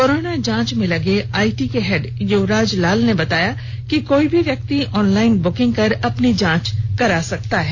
corona जांच में लगे आईटी के हेड युवराज लाल ने बताया कि कोई भी व्यक्ति ऑनलाईन बुकिंग कर अपनी जांच करवा सकता है